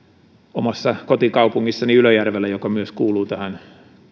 omassa kotikaupungissani ylöjärvellä joka myös kuuluu